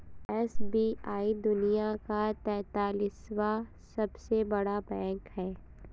SBI दुनिया का तेंतालीसवां सबसे बड़ा बैंक है